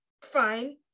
fine